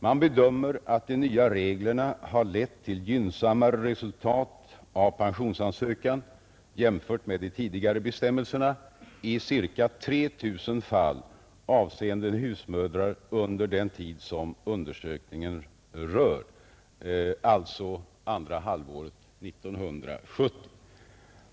Man bedömer att de nya reglerna lett till gynnsammare resultat av pensionsansökan, jämfört med de tidigare bestämmelserna, i cirka 3 000 fall avseende husmödrar under den tid som undersökningen rör, alltså andra halvåret 1970.